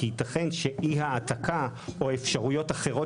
כי ייתכן שאי העתקה או אפשרויות אחרות